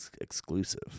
exclusive